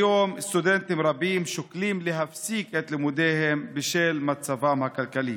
כיום סטודנטים רבים שוקלים להפסיק את לימודיהם בשל מצבם הכלכלי.